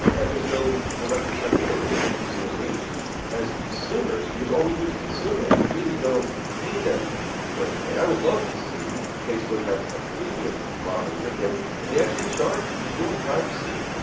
and there's no direct accountability to you or me as consumers, because all we do is consume it. we really don't pay them for anything. i would love to see facebook have a freemium model where they they actually charge. you you want privacy?